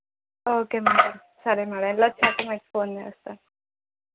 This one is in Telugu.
ఓకే మ్యాడమ్ సరే మ్యాడమ్ వెళ్ళి వచ్చాక మీకు ఫోన్ చేస్తాను